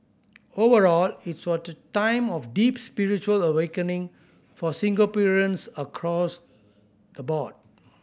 overall it was the time of deep spiritual awakening for Singaporeans across the board